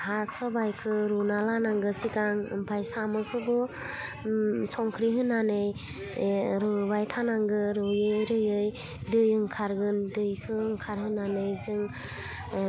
हा सबाइखो रुना लानांगो सिगां ओमफाय सामुखोबो संख्रि होनानै एह रुबाय थानांगो रुयै रुयै दै ओंखारगोन दैखो ओंखार होनानै जों